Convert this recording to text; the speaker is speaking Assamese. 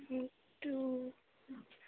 এইটো